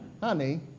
Honey